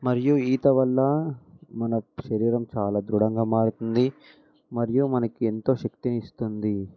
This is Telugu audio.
మరియు ఈత వల్ల మన శరీరం చాలా ధృఢంగా మారుతుంది మరియు మనకి ఎంతో శక్తిని ఇస్తుంది